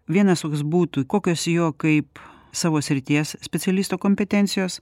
vienas toks būtų kokios jo kaip savo srities specialisto kompetencijos